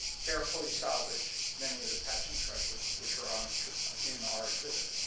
carefully salvaged many of the patchen treasures which are on, in our exhibit.